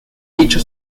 dicho